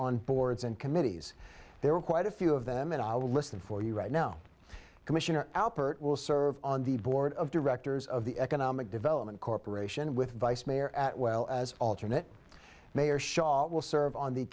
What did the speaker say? on boards and committees there were quite a few of them and i listed for you right now commissioner alpert will serve on the board of directors of the economic development corporation with vice mayor at well as alternate mayor shaw will serve on the